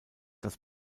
das